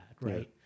Right